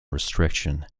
restriction